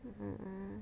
mm